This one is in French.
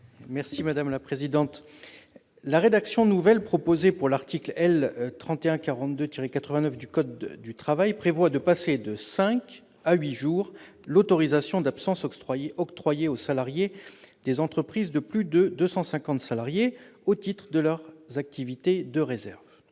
M. Ronan Le Gleut. La rédaction nouvelle proposée pour l'article L. 3142-89 du code du travail prévoit le passage de cinq à huit jours de l'autorisation d'absence octroyée aux salariés des entreprises de plus de 250 salariés au titre de leurs activités de réserve.